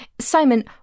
Simon